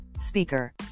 speaker